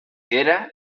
hera